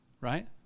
right